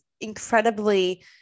incredibly